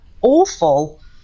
awful